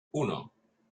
uno